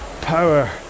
power